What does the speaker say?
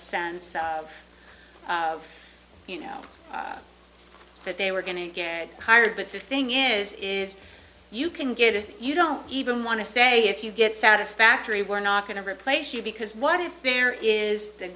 sense you know that they were going to get hired but the thing is is you can get it you don't even want to say if you get satisfactory we're not going to replace you because what if there is the